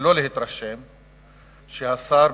שלא להתרשם שהשר,